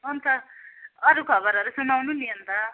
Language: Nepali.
अन्त अरू खबरहरू सुनाउनु नि अन्त